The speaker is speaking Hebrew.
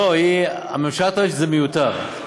הממשלה טוענת שזה מיותר.